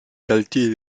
quartiers